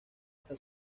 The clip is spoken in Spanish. hasta